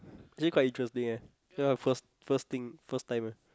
actually quite interesting eh ya first first thing first time eh